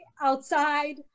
outside